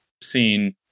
seen